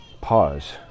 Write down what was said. pause